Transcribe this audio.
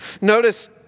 Notice